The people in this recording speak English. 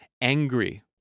angry